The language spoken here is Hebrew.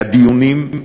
והדיונים,